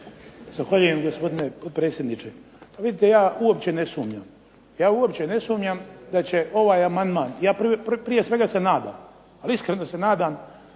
Zahvaljujem, gospodine potpredsjedniče. Vidite, ja uopće ne sumnjam da će ovaj amandman, ja prije svega se nadam, ali iskreno se nadam,